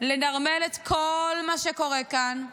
לנרמל את כל מה שקורה כאן.